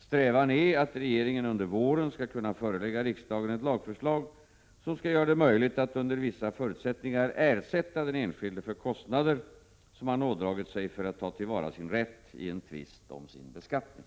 Strävan är att regeringen under våren skall kunna förelägga riksdagen ett lagförslag som skall göra det möjligt att under vissa förutsättningar ersätta den enskilde för kostnader som han ådragit sig för att ta till vara sin rätt i en tvist om sin beskattning.